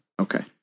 Okay